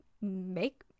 make